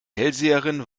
hellseherin